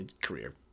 career